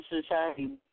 society